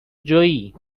جویی